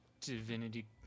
divinity